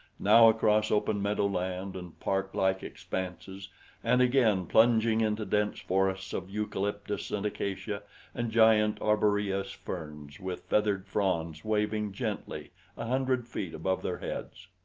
now across open meadow-land and parklike expanses and again plunging into dense forests of eucalyptus and acacia and giant arboreous ferns with feathered fronds waving gently a hundred feet above their heads.